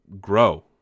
grow